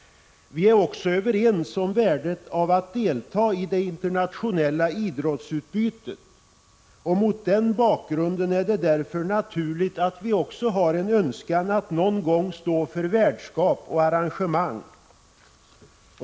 Vi är också överens om värdet av att delta i det internationella idrottsutbytet. Mot den bakgrunden är det naturligt att vi också har en önskan att någon gång stå för värdskap och arrangemang.